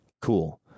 Cool